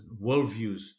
worldviews